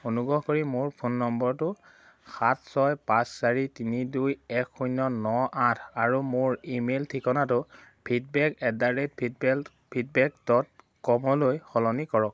অনুগ্ৰহ কৰি মোৰ ফোন নম্বৰটো সাত ছয় পাঁচ চাৰি তিনি দুই এক শূন্য ন আঠ আৰু মোৰ ইমেইল ঠিকনাটো feedback at the rate feedback feedback dot কমলৈ সলনি কৰক